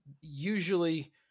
usually